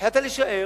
החלטת להישאר,